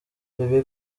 bebe